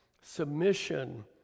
submission